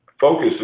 Focus